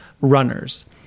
runners